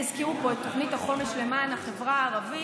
הזכירו פה את תוכנית החומש למען החברה הערבית,